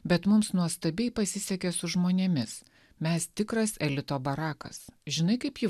bet mums nuostabiai pasisekė su žmonėmis mes tikras elito barakas žinai kaip ji